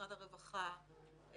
משרד הרווחה,